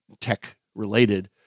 tech-related